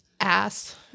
Ass